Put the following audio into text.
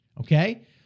okay